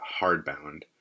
Hardbound